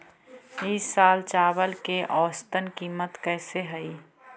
ई साल चावल के औसतन कीमत कैसे हई?